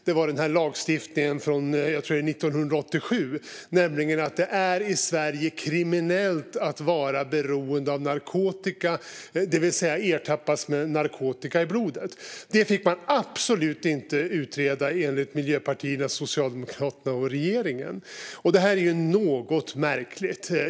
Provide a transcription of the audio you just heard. Det finns en lagstiftning från, tror jag, 1987 som anger att det i Sverige är kriminellt att vara beroende av narkotika, det vill säga att ertappas med narkotika i blodet. Men detta ska absolut inte utredas, enligt Miljöpartiet och Socialdemokraterna i regeringen. Det är märkligt.